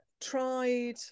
tried